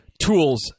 tools